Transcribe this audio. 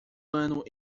ano